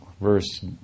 verse